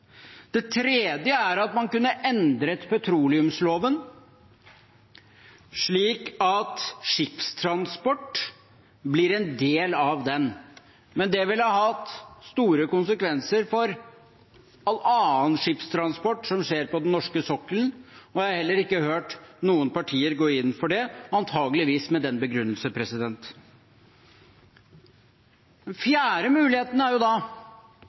det, så vidt jeg kan se. Den tredje er at man kunne ha endret petroleumsloven slik at skipstransport blir en del av den, men det ville ha hatt store konsekvenser for all annen skipstransport som skjer på den norske sokkelen, og jeg har heller ikke hørt noen partier gå inn for det, antakeligvis med den begrunnelse. Den fjerde muligheten er